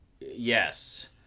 Yes